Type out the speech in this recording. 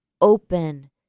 open